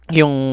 yung